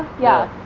yeah.